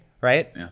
right